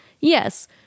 Yes